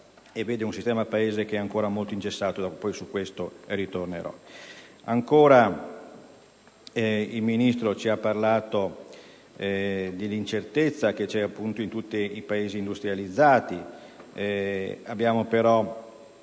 Il Ministro ci ha parlato dell'incertezza che serpeggia in tutti i Paesi industrializzati. Abbiamo però